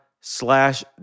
slash